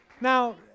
Now